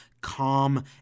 calm